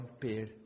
pair